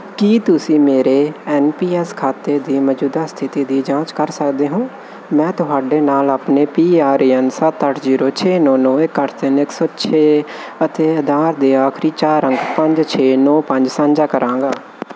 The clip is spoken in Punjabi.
ਕੀ ਤੁਸੀਂ ਮੇਰੇ ਐੱਨਪੀਐੱਸ ਖਾਤੇ ਦੀ ਮੌਜੂਦਾ ਸਥਿਤੀ ਦੀ ਜਾਂਚ ਕਰ ਸਕਦੇ ਹੋ ਮੈਂ ਤੁਹਾਡੇ ਨਾਲ ਆਪਣੇ ਪੀ ਆਰ ਏ ਐੱਨ ਸੱਤ ਅੱਠ ਜ਼ੀਰੋ ਛੇ ਨੌਂ ਨੌਂ ਇੱਕ ਅੱਠ ਤਿੰਨ ਇੱਕ ਸੌ ਛੇ ਅਤੇ ਆਧਾਰ ਦੇ ਆਖਰੀ ਚਾਰ ਅੰਕ ਪੰਜ ਛੇ ਨੌਂ ਪੰਜ ਸਾਂਝਾ ਕਰਾਂਗਾ